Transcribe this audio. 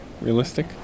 realistic